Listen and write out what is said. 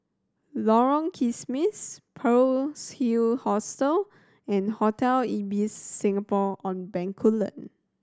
Lorong Kismis Pearl's Hill Hostel and Hotel Ibis Singapore On Bencoolen